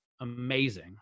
amazing